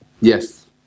Yes